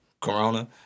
corona